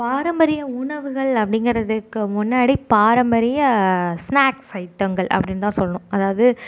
பாரம்பரிய உணவுகள் அப்படிங்குறதுக்கு முன்னாடி பாரம்பரிய ஸ்னாக்ஸ் ஐட்டங்கள் அப்படினுதான் சொல்லணும் அதாவது